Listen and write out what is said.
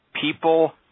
people